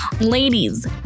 Ladies